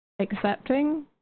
accepting